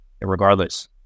regardless